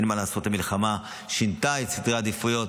אין מה לעשות, המלחמה שינתה את סדרי העדיפויות,